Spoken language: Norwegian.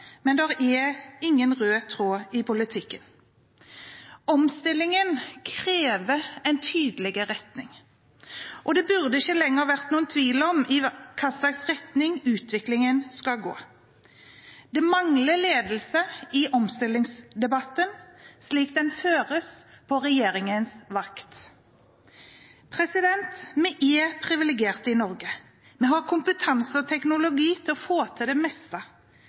men det er ingen rød tråd i politikken. Omstillingen krever en tydelig retning. Det burde ikke lenger vært noen tvil om i hvilken retning utviklingen skal gå. Det mangler ledelse i omstillingsdebatten slik den føres på regjeringens vakt. Vi er privilegerte i Norge. Vi har kompetanse og teknologi til å få til det meste